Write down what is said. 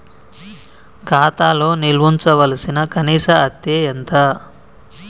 ఖాతా లో నిల్వుంచవలసిన కనీస అత్తే ఎంత?